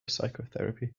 psychotherapy